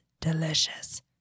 delicious